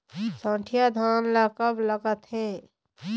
सठिया धान ला कब लगाथें?